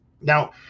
Now